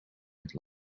het